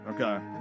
Okay